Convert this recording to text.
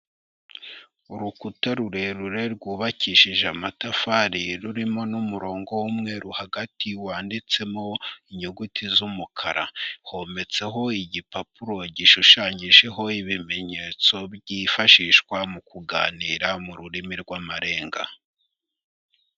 Urukuta rurerure rwubakishije amatafari rurimo n'umurongo w'umweru hagati wanditsemo inyuguti z'umukara, hometseho igipapuro gishushanyijeho ibimenyetso byifashishwa mu kuganira mu rurimi rw'amarenga.